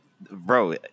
Bro